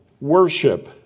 worship